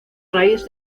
raíz